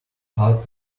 hard